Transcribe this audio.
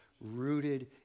rooted